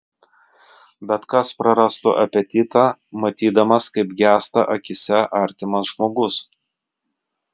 bet kas prarastų apetitą matydamas kaip gęsta akyse artimas žmogus